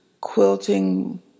quilting